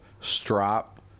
strop